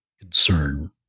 concern